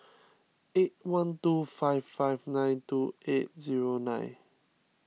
eight one two five five nine two eight zero nine